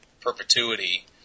perpetuity